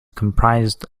comprised